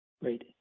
Great